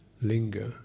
linger